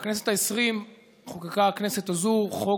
בכנסת העשרים חוקקה הכנסת הזאת חוק